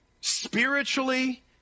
spiritually